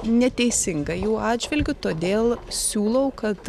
neteisinga jų atžvilgiu todėl siūlau kad